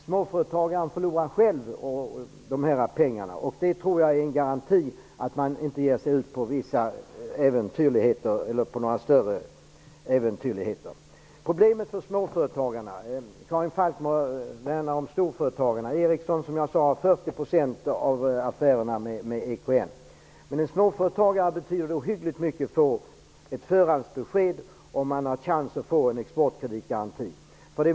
Småföretagarna riskerar att förlora sina pengar, vilket är en garanti för att de inte vill ge sig in på några större äventyrligheter. Karin Falkmer värnar om storföretagen. Ericsson har 40 % av affärerna med EKN. För en småföretagare betyder det ohyggligt mycket att få ett förhandsbesked om att han har chans att få en exportkreditgaranti.